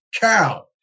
cow